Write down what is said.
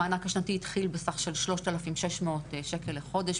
המענק השנתי התחיל בסך של 3,600 שקל לחודש,